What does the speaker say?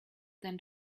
than